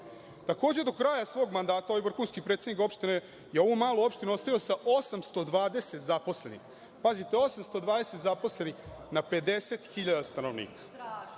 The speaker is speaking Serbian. zarada. Takođe, do kraja svog mandata ovaj vrhunski predsednik opštine je ovu malu opštinu ostavio sa 820 zaposlenih. Pazite, 820 zaposlenih na 50.000 stanovnika. Da